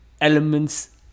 elements